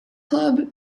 club